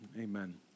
amen